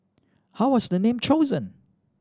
how was the name chosen